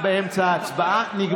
למרות שזה בהסכמה, אני רוצה,